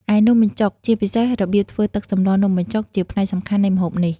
ឯនំបញ្ចុក ជាពិសេសរបៀបធ្វើទឹកសម្លរនំបញ្ចុក ជាផ្នែកសំខាន់នៃម្ហូបនេះ ។